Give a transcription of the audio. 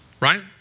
right